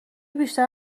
بیشتر